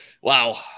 Wow